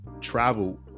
travel